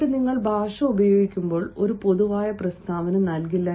എന്നിട്ട് നിങ്ങൾ ഭാഷ ഉപയോഗിക്കുമ്പോൾ ഒരു പൊതുവായ പ്രസ്താവന നൽകില്ല